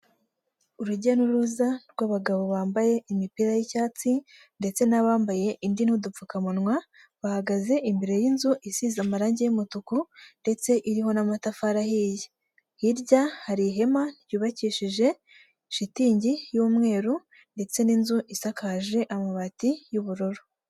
Urujya n'uruza rw'abagabo bambaye imipira y'icyatsi ndetse n'abambaye indi n'udupfukamunwa bahagaze imbere y'inzu isize amarange y'umutuku ndetse iriho n'amatafari ahiye hirya hari ihema ry'ubakishije shitingi y'umweru ndetse n'inzu isakaje amabati y'ubururu.